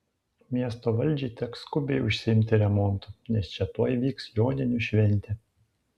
miesto valdžiai teks skubiai užsiimti remontu nes čia tuoj vyks joninių šventė